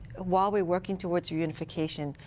while we're working towards unification,